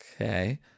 Okay